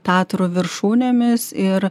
tatrų viršūnėmis ir